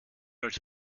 als